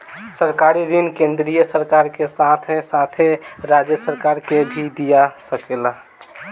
सरकारी ऋण केंद्रीय सरकार के साथे साथे राज्य सरकार के भी दिया सकेला